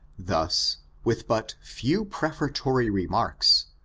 thus, with but few prefatory remarks,